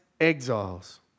exiles